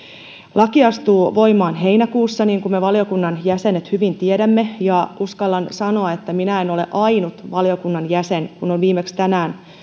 laki astuu voimaan heinäkuussa niin kuin me valiokunnan jäsenet hyvin tiedämme ja uskallan sanoa että minä en ole ainut valiokunnan jäsen joka on viimeksi tänään